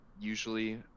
usually